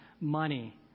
money